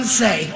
say